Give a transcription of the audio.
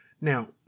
now